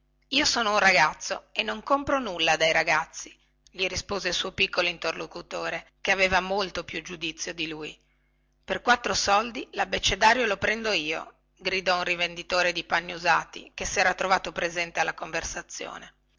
io sono un ragazzo e non compro nulla dai ragazzi gli rispose il suo piccolo interlocutore che aveva molto più giudizio di lui per quattro soldi labbecedario lo prendo io gridò un rivenditore di panni usati che sera trovato presente alla conversazione